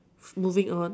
moving on